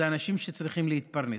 אלה אנשים שצריכים להתפרנס.